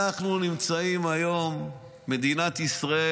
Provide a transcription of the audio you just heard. אנחנו, מדינת ישראל,